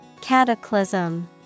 Cataclysm